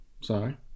sorry